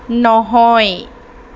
নহয়